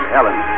Ellen